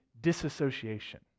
disassociation